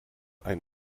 ein